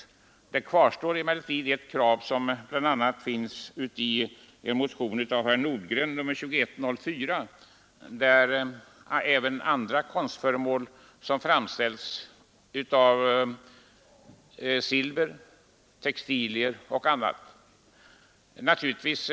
Emellertid kvarstår ett krav som bl.a. förts fram i motionen 2104 av herr Nordgren m.fl., nämligen att även andra konstföremål, t.ex. silverarbeten och textilier, skall undantas från mervärdeskatt.